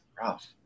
rough